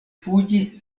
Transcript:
fuĝis